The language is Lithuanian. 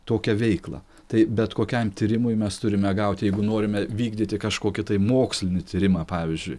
tokią veiklą tai bet kokiam tyrimui mes turime gauti jeigu norime vykdyti kažkokį mokslinį tyrimą pavyzdžiui